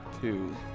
Two